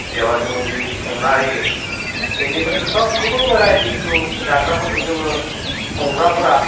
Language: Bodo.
बेवहाय जोङो बेबायदि संना होयो बेनिफ्राय सबखोबो बोराय बेन्थ' जाग्राफोरखो जोङो संग्राफोरा